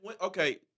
Okay